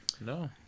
No